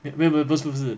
你会是不是